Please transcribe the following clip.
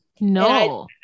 No